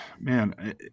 man